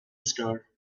star